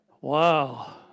Wow